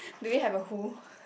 do you have a full